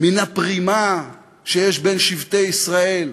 מן הפרימה שיש בין שבטי ישראל,